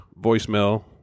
voicemail